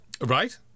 Right